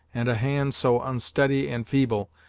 and a hand so unsteady and feeble,